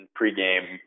pregame